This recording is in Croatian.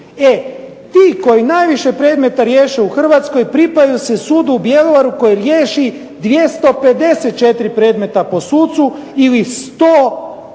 ti koji najviše predmeta riješe u Hrvatskoj pripajaju se sudu u Bjelovaru koji riješi 254 predmeta po sucu ili 104 predmeta